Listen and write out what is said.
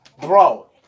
bro